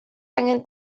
angen